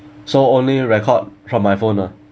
so only record from my phone lah